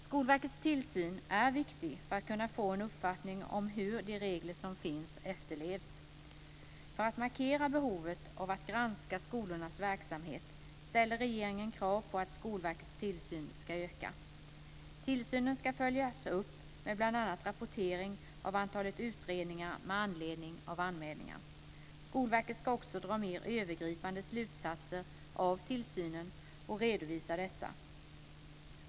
Skolverkets tillsyn är viktig för att kunna få en uppfattning om hur de regler som finns efterlevs. För att markera behovet av att granska skolornas verksamhet ställer regeringen krav på att Skolverkets tillsyn ska öka. Tillsynen ska följas upp med bl.a. rapportering av antalet utredningar med anledning av anmälningar. Skolverket ska också dra mer övergripande slutsatser av tillsynen och redovisa dessa.